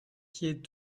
kid